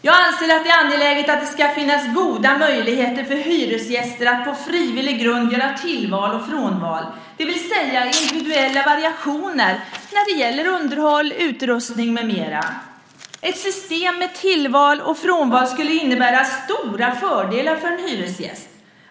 Jag anser att det är angeläget att det finns goda möjligheter för hyresgäster att på frivillig grund göra tillval och frånval, det vill säga individuella variationer när det gäller underhåll och utrustning med mera. Ett system med tillval och frånval skulle innebära stora fördelar för en hyresgäst.